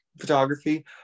photography